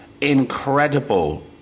incredible